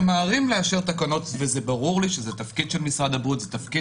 ממהרים לאשר תקנות וברור לי שזה תפקיד משרד הבריאות ותפקיד